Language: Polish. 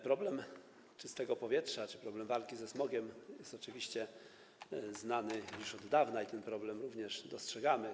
Problem czystego powietrza czy problem walki ze smogiem jest oczywiście znany już od dawna i ten problem również dostrzegamy.